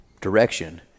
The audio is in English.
direction